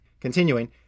Continuing